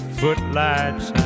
footlights